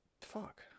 Fuck